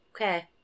Okay